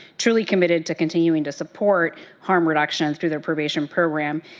truly committed to continuing to support arm reductions through the probation program,